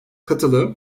katılım